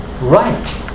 right